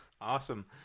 awesome